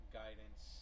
guidance